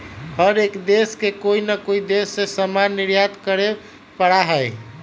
हर एक देश के कोई ना कोई देश से सामान निर्यात करे पड़ा हई